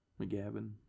McGavin